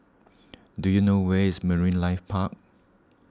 do you know where is Marine Life Park